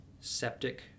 septic